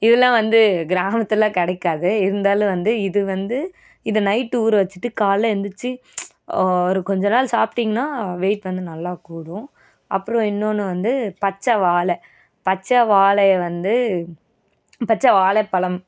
இதெல்லாம் வந்து கிராமத்தில் கிடைக்காது இருந்தாலும் வந்து இது வந்து இது நைட்டு ஊற வச்சுட்டு காலைல எழுந்துருச்சி ஒரு கொஞ்சம் நாள் சாப்பிட்டிங்ன்னா வெயிட் வந்து நல்லா கூடும் அப்பறம் இன்னொன்று வந்து பச்சை வாழை பச்சை வாழையை வந்து பச்சை வாழைப்பழம்